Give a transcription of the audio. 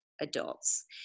adults